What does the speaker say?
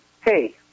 hey